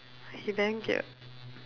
he damn cute